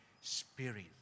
Spirit